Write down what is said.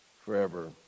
forever